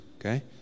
Okay